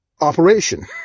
operation